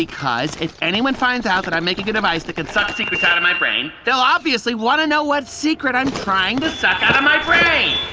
because if anyone finds out that i'm making a device that can suck secrets out of my brain, they'll obviously wanna know what secret i'm trying to suck outta my brain!